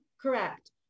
correct